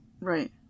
Right